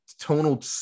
tonal